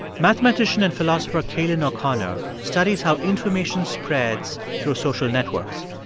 mathematician and philosopher cailin o'connor studies how information spreads through social networks.